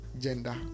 gender